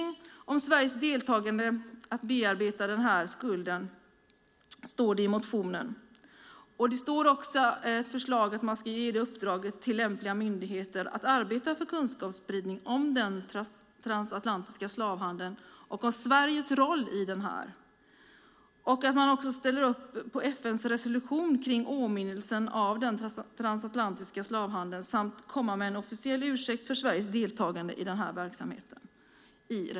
Det står i reservation 4 med anledning av motionen att det behövs kunskapsspridning om Sveriges deltagande och att denna skuld ska bearbetas. Det föreslås att man ska ge ett uppdrag till lämpliga myndigheter att arbeta för kunskapsspridning om den transatlantiska slavhandeln och om Sveriges roll i den. Det föreslås också att Sverige ställer upp för ett genomförande av FN:s resolutioner kring åminnelse av den transatlantiska slavhandeln samt att man kommer med en officiell ursäkt för Sveriges deltagande i denna verksamhet.